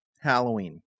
Halloween